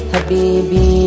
Habibi